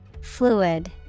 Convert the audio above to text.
Fluid